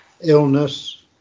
illness